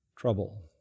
Trouble